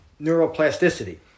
neuroplasticity